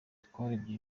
twarebye